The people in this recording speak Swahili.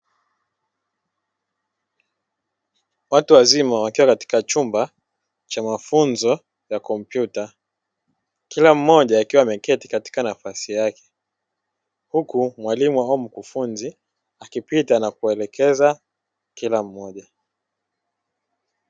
Watu wazima wakiwa katika chumba cha mafunzo ya kompyuta kila mmoja akiwa ameketi katika nafasi yake, huku mwalimu au mkufunzi akipita na kuwaelekeza kila mmoja.